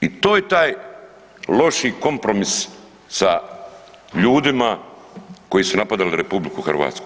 I to je taj loši kompromis sa ljudima koji su napadali RH.